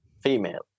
female